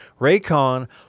Raycon